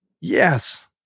yes